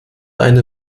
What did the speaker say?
eine